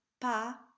pa